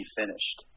finished